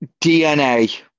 DNA